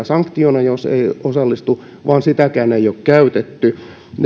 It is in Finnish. sanktiona jos ei osallistu vaan sitäkään ei ole käytetty